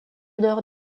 nord